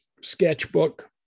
sketchbook